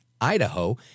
Idaho